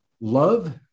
love